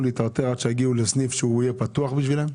להיטרטר עד שיגיעו לסניף שיהיה פתוח עבורם?